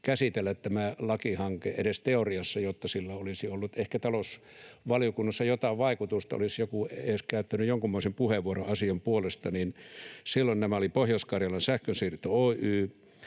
käsitellä edes teoriassa, jotta sillä olisi ollut ehkä talousvaliokunnassa jotain vaikutusta, olisi joku edes käyttänyt jonkunmoisen puheenvuoron asian puolesta. Silloin nämä olivat Pohjois-Karjalan Sähkönsiirto Oy,